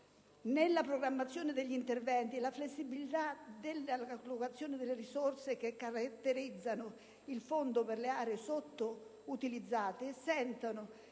nella programmazione degli interventi e la flessibilità nell'allocazione delle risorse che caratterizzano il Fondo per le aree sottoutilizzate consentono